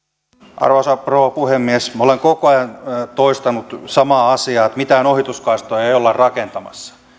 arvoisa rouva puhemies minä olen koko ajan toistanut samaa asiaa että mitään ohituskaistoja ei olla rakentamassa